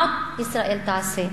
מה עוד ישראל תעשה?